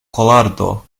kolardo